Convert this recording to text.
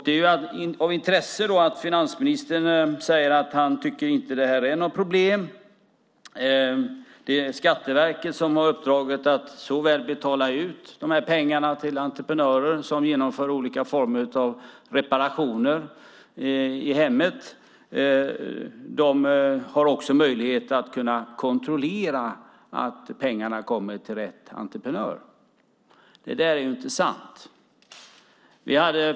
Det är intressant att höra finansministern säga att han inte tycker att detta är ett problem, att det är Skatteverket som har i uppdrag att betala ut de här pengarna till entreprenörer som genomför olika former av reparationer i hemmet och att Skatteverket har möjligheter att kontrollera att pengarna kommer till rätt entreprenör. Det där är inte sant.